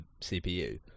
CPU